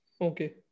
Okay